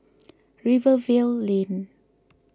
Rivervale Lane